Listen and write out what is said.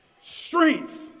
strength